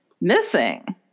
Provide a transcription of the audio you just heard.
missing